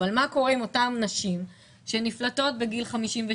מה קורה עם אותן נשים שנפלטות בגיל 57,